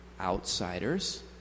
outsiders